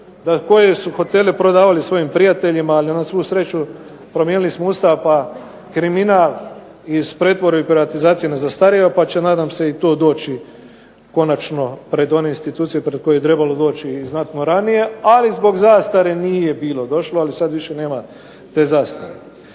koje su hotele prodavali svojim prijateljima. Ali na svu sreću promijenili smo Ustav pa kriminal iz pretvorbe i privatizacije ne zastarijeva pa će nadam se i to doći konačno pred one institucije pred koje je trebalo doći i znatno ranije, ali zbog zastare nije bilo došlo. Ali sada više nema te zastare.